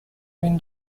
been